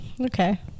Okay